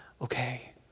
okay